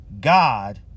God